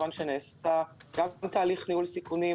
מכיוון שנעשה גם תהליך ניהול סיכונים